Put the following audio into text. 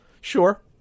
Sure